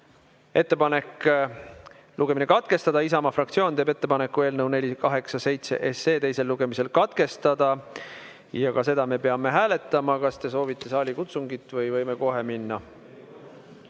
ettepanek lugemine katkestada. Isamaa fraktsioon teeb ettepaneku eelnõu 487 teisel lugemisel katkestada ja seda me peame hääletama. Kas te soovite saalikutsungit või võime kohe